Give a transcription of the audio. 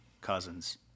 Cousins